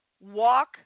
Walk